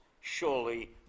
surely